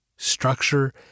structure